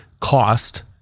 cost